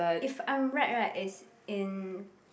if I'm right right is in